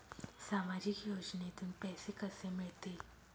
सामाजिक योजनेतून पैसे कसे मिळतील?